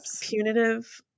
punitive